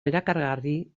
erakargarri